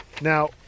now